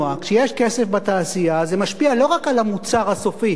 כשיש כסף בתעשייה זה משפיע לא רק על המוצר הסופי,